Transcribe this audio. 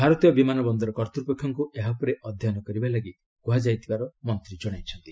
ଭାରତୀୟ ବିମାନ ବନ୍ଦର କର୍ତ୍ତୃପକ୍ଷଙ୍କୁ ଏହା ଉପରେ ଅଧ୍ୟୟନ କରିବାକୁ କୁହାଯାଇ ସାରିଥିବାର ମନ୍ତ୍ରୀ ଜଣାଇଛନ୍ତି